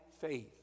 faith